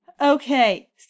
Okay